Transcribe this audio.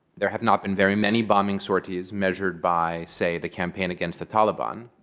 there have not been very many bombing sorties measured by, say, the campaign against the taliban,